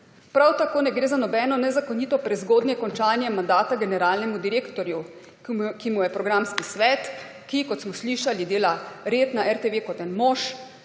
Prav tako ne gre za nobeno nezakonito prezgodnje končanje mandata generalnemu direktorju, ki mu je programski svet, ki, kot smo slišali, dela red na RTV kot en mož,